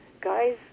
guys